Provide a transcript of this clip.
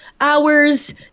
hours